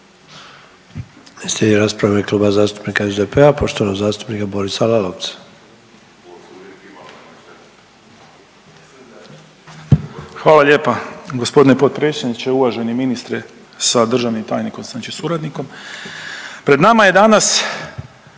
Hvala lijepa. Gospodine potpredsjedniče, uvaženi ministre sa državnim tajnikom znači suradnikom. Pred nama je danas